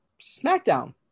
SmackDown